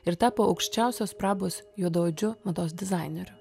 ir tapo aukščiausios prabos juodaodžiu mados dizaineriu